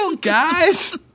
guys